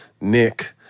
Nick